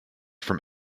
from